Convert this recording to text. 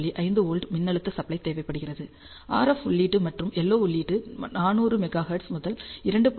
5 volt மின்னழுத்த supply தேவைப்படுகிறது RF உள்ளீடு மற்றும் LO உள்ளீடு 400 மெகா ஹெர்ட்ஸ் முதல் 2